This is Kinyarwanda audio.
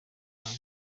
nama